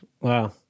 Wow